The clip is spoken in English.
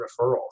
referrals